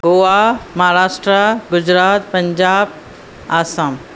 Goa Maharashtra Gujarat Punjab Assam